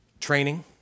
Training